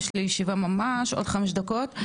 יש לי ישיבה ממש עוד חמש דקות,